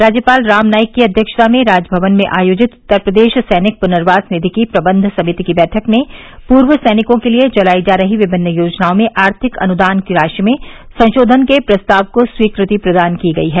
राज्यपाल राम नाईक की अध्यक्षता में राजभवन में आयोजित उत्तर प्रदेश सैनिक पुनर्वास निधि को प्रबंध समिति की बैठक में पूर्व सैनिकों के लिये चलाई जा रही विमिन्न योजनाओं में आर्थिक अनुदान की राशि में संशोधन के प्रस्ताव को स्वीकृति प्रदान की गई है